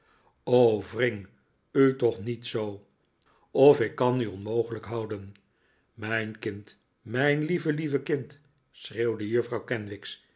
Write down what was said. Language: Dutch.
wring u toch zoo niet of ik kan u onmogelijk houden mijn kind mijn lieve lieve lieve kind schreeuwde juffrouw kenwigs